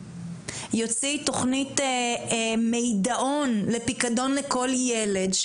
יוציא מידעון לפיקדון לכל ילד,